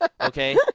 Okay